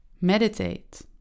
meditate